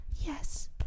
yes